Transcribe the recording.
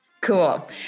Cool